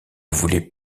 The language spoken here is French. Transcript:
voulais